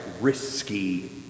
risky